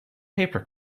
paper